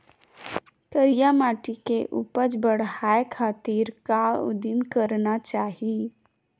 करिया माटी के उपज बढ़ाये खातिर का उदिम करना चाही?